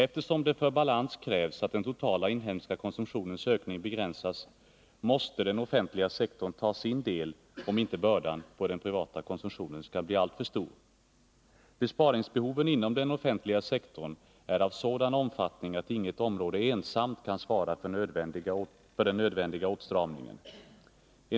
Eftersom det för balans krävs att den totala inhemska konsumtionens ökning begränsas måste den offentliga sektorn ta sin del, om inte bördan på den privata konsumtionen skall bli alltför stor. 59 Besparingsbehoven inom den offentliga sektorn är av sådan omfattning att inget område ensamt kan svara för den nödvändiga åtstramningen.